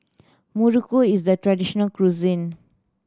muruku is the traditional cuisine